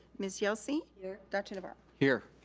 ms. yelsey. here. dr. navarro. here.